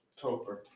Topher